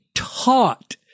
taught